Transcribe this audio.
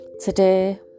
today